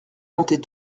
montait